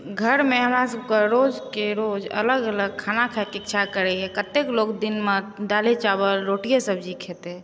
घरमे हमरा सभके रोजके रोज अलग अलग खाना खाइके इच्छा करैए कतेक लोक दिनमे दालि चावल रोटीए सब्जी खेतै